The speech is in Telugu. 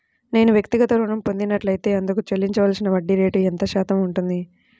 నేను వ్యక్తిగత ఋణం పొందినట్లైతే అందుకు చెల్లించవలసిన వడ్డీ ఎంత శాతం ఉంటుంది?